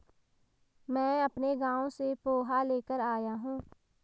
मैं अपने गांव से पोहा लेकर आया हूं